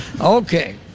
Okay